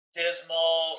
dismal